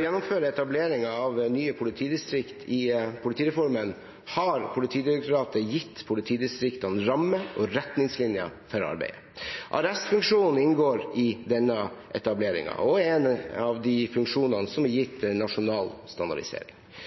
gjennomføre etableringen av nye politidistrikt i politireformen har Politidirektoratet gitt politidistriktene rammer og retningslinjer for arbeidet. Arrestfunksjonen inngår i denne etableringen og er en av de funksjonene som er gitt nasjonal standardisering.